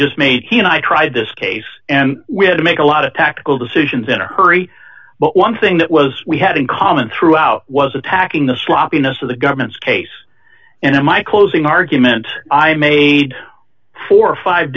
just made he and i tried this case and we had to make a lot of tactical decisions in a hurry but one thing that was we had in common throughout was attacking the sloppiness of the government's case and in my closing argument i made four or five